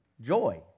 joy